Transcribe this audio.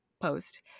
post